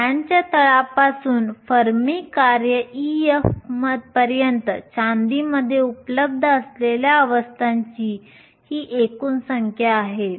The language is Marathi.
तर बँडच्या तळापासून फर्मी कार्य Ef पर्यंत चांदीमध्ये उपलब्ध असलेल्या अवस्थांची ही एकूण संख्या आहे